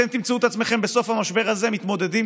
אתם תמצאו את עצמכם בסוף המשבר הזה מתמודדים